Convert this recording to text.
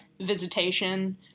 visitation